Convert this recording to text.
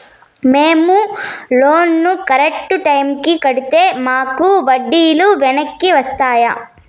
మేము loan correct టైముకి కట్టితే మాకు వడ్డీ లు వెనక్కి వస్తాయా?